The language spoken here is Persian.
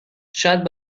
شاید